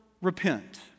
Repent